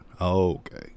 Okay